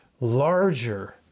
larger